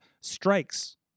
strikes